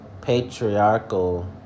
patriarchal